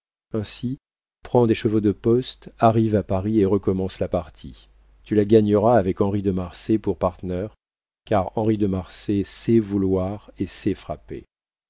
ainsi prends des chevaux de poste arrive à paris et recommence la partie tu la gagneras avec henri de marsay pour partner car henri de marsay sait vouloir et sait frapper